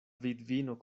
vidvino